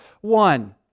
one